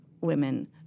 women